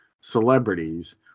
celebrities